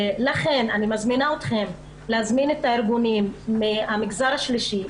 לכן אני מזמינה אתכם להזמין את הארגונים מן המגזר השלישי,